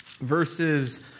verses